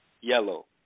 yellow